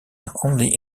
only